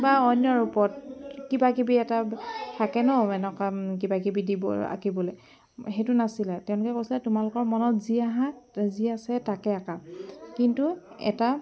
বা অন্য ৰূপত কিবা কিবি এটা থাকে ন এনেকুৱা কিবা কিবি দিব আঁকিবলৈ সেইটো নাছিলে তেওঁলোকে কৈছিলে তোমালোকৰ মনত যি আহা যি আছে তাকে আঁকা কিন্তু এটা